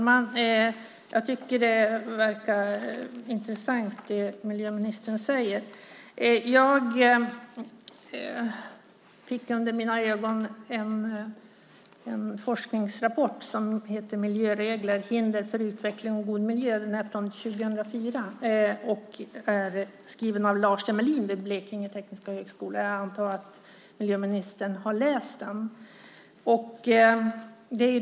Herr talman! Jag tycker att det som miljöministern säger verkar intressant. Jag har läst en forskningsrapport som heter Miljöregler - hinder för utveckling och god miljö? Den är från 2004 och är skriven av Lars Emmelin vid Blekinge Tekniska Högskola. Jag antar att miljöministern har läst den.